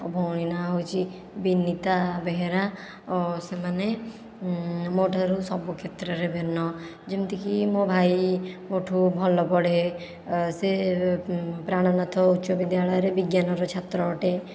ଭଉଣୀ ନାଁ ହେଉଛି ବିନିତା ବେହେରା ଓ ସେମାନେ ମୋ ଠାରୁ ସବୁ କ୍ଷେତ୍ରରେ ଭିନ୍ନ ଯେମିତିକି ମୋ ଭାଇ ମୋଠୁ ଭଲ ପଢ଼େ ସେ ପ୍ରାଣନାଥ ଉଚ୍ଚ ବିଦ୍ୟାଳୟରେ ବିଜ୍ଞାନର ଛାତ୍ର ଅଟେ